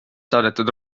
saadetud